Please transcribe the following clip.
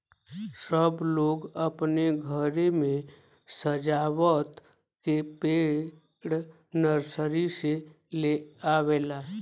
सब लोग अपने घरे मे सजावत के पेड़ नर्सरी से लेवला